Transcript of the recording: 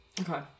Okay